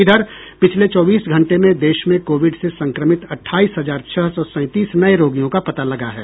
इधर पिछले चौबीस घंटे में देश में कोविड से संक्रमित अठाईस हजार छह सौ सैंतीस नये रोगियों का पता लगा है